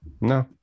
No